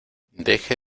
deje